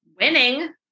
winning